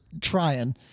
trying